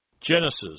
Genesis